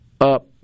up